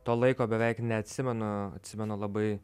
to laiko beveik neatsimenu atsimenu labai